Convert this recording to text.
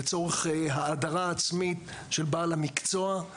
לצורת האדרה עצמית של בעל המקצוע,